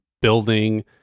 building